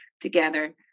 together